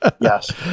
Yes